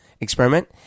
experiment